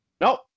nope